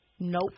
Nope